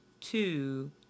two